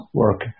work